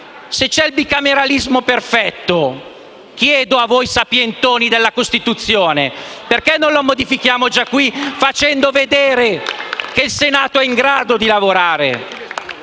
se c'è il bicameralismo prefetto - chiedo a voi sapientoni della Costituzione - perché non lo modifichiamo già in questa sede, facendo vedere che il Senato è in grado di lavorare?